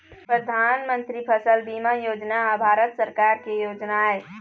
परधानमंतरी फसल बीमा योजना ह भारत सरकार के योजना आय